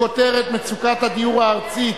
בכותרת: מצוקת הדיור הארצית